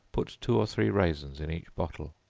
put two or three raisins in each bottle.